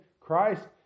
Christ